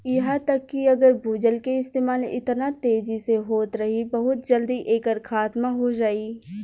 इहा तक कि अगर भूजल के इस्तेमाल एतना तेजी से होत रही बहुत जल्दी एकर खात्मा हो जाई